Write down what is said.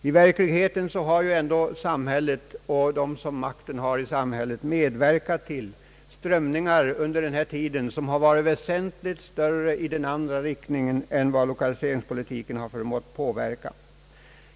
I själva verket har ändå de som har makten i samhället under denna tid medverkat till strömningar i en annan riktning, som lokaliseringspolitiken inte förmått påverka.